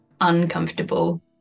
uncomfortable